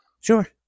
sure